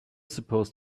supposed